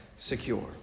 Secure